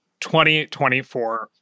2024